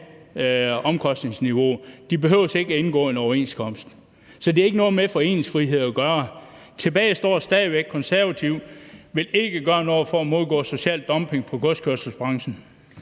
omkostningsniveauet, så de behøver ikke at indgå en overenskomst. Så det har ikke noget med foreningsfrihed at gøre. Tilbage står stadig væk, at De Konservative ikke vil gøre noget for at imødegå social dumping i godskørselsbranchen.